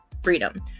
freedom